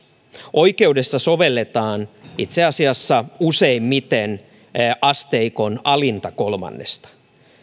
oikeudessa sovelletaan itse asiassa useimmiten asteikon alinta kolmannesta